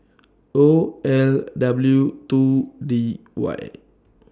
O L W two D Y